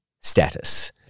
status